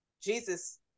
Jesus